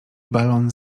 balon